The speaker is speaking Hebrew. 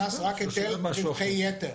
לקרן העושר נכנס רק היטל רווחי יתר.